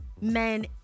men